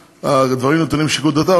הדברים נתונים לשיקול דעתה,